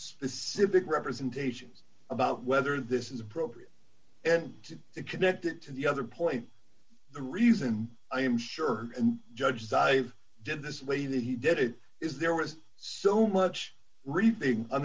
specific representations about whether this is appropriate and to connect it to the other point the reason i am sure and judges i did this way that he did it is there was so much reporting on